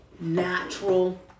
natural